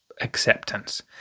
acceptance